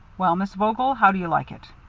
well, miss vogel, how do you like it?